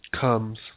comes